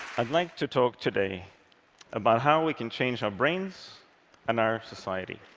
i'd like to talk today about how we can change our brains and our society.